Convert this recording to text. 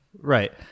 Right